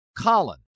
Colin